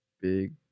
big